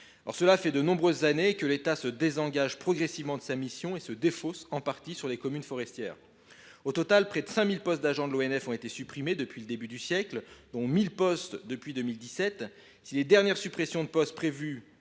Cela fait de nombreuses années que l’État se désengage progressivement de sa mission, dont il se défausse en partie sur les communes forestières. Au total, près de 5 000 postes d’agents de l’ONF ont été supprimés depuis le début du siècle, dont 1 000 postes depuis 2017. Si les dernières suppressions de postes prévues